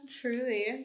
truly